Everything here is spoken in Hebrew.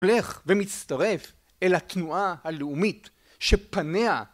הולך ומצטרף אל התנועה הלאומית שפניה